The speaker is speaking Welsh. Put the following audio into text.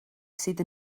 sydd